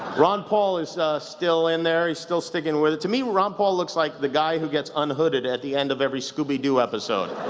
ron paul is still in there. he's still sticking with it. to me, ron paul, looks like the guy who gets unhooded at the end of every scooby doo episode.